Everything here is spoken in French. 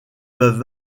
peuvent